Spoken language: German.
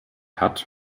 hat